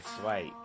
swipe